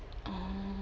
oh